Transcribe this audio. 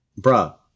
bruh